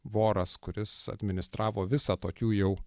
voras kuris administravo visą tokių jau